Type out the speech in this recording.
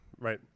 right